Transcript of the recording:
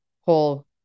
whole